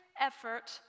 effort